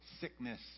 sickness